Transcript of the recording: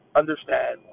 understand